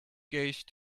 gaze